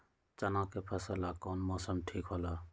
चाना के फसल ला कौन मौसम ठीक होला?